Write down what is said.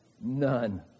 None